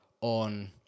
on